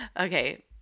Okay